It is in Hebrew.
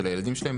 של הילדים שלהם